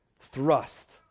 thrust